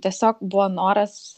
tiesiog buvo noras